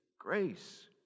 grace